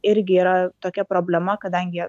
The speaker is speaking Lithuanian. irgi yra tokia problema kadangi